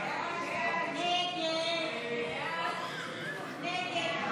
הסתייגות 26 לא נתקבלה.